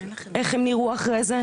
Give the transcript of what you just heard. איך הם נראו אחרי זה.